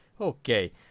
Okay